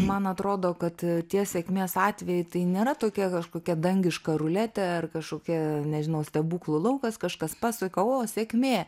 man atrodo kad tie sėkmės atvejai tai nėra tokia kažkokia dangiška ruletė ar kažkokie nežinau stebuklų laukas kažkas pasuka o sėkmė